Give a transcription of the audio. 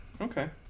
Okay